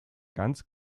ganz